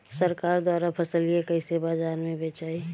सरकार द्वारा फसलिया कईसे बाजार में बेचाई?